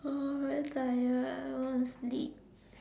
oh very tired I want to sleep